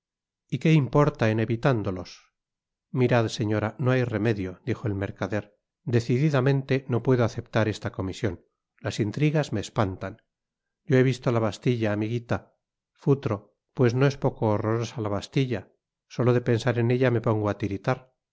y qué importa en evitándolos mirad señora no hay remedio dijo el mercader decididamente no puedo aceptar esta comision las intrigas me espantan yo he visto la bastilla amiguita futro pues no es poco horrorosa la bastilla solo de pensar en ella me pongo á tiritar